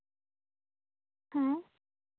ᱦᱮᱸ